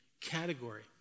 category